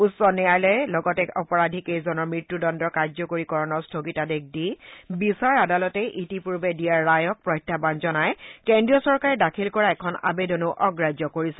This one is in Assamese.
উচ্চ ন্যায়ালয়ে লগতে অপৰাধীকেইজনৰ মৃত্যূদণ্ডৰ কাৰ্যকৰীকৰণৰ স্থগিতাদেশ দি বিচাৰ আদালতে ইতিপূৰ্বে দিয়া ৰায়ক প্ৰত্যাহান জনাই কেন্দ্ৰীয় চৰকাৰে দাখিল কৰা এখন আবেদনো অগ্ৰাহ্য কৰিছিল